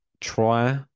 try